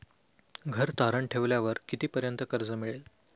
घर तारण ठेवल्यावर कितीपर्यंत कर्ज मिळेल?